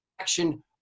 action